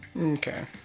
okay